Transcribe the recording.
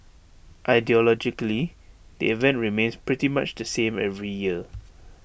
ideologically the event remains pretty much the same every year